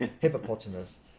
hippopotamus